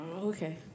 Okay